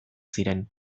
ziren